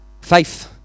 faith